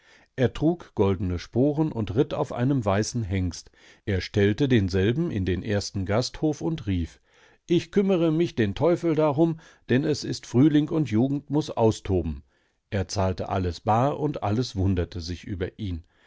er trug goldene sporen und ritt auf einem weißen hengst er stellte denselben in den ersten gasthof und rief ich kümmere mich den teufel darum denn es ist frühling und jugend muß austoben er zahlte alles bar und alles wunderte sich über ihn